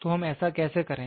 तो हम ऐसा कैसे करें